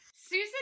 susan